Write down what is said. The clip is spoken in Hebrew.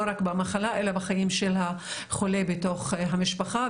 לא רק במחלה אלא בחיים של החולה בתוך המשפחה,